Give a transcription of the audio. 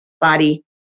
body